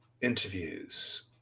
interviews